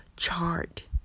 chart